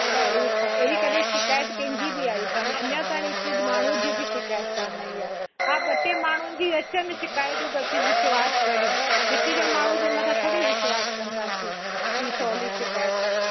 अलाए ख अहिड़ी कॾहिं शिकायत कंहिं जी बि आई काने अञा तांई हिकु माण्हूअ जी बि शिकायत कान आई आहे हा ॿ टे माण्हुनि जी अचनि शिकायतूं त असीं विश्वास करियूं हिक जे माण्हूअ जे मथां थोरी विश्वास कंदासीं की सवली शिकायत आहे